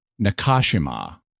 Nakashima